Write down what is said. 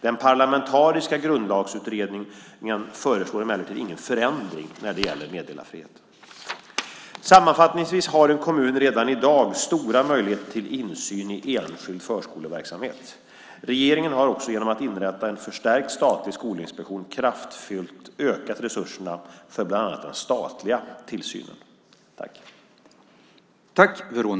Den parlamentariska Grundlagsutredningen föreslår emellertid ingen förändring när det gäller meddelarfriheten. Sammanfattningsvis har en kommun redan i dag stora möjligheter till insyn i enskild förskoleverksamhet. Regeringen har också genom att inrätta en förstärkt statlig skolinspektion kraftfullt ökat resurserna för bland annat den statliga tillsynen.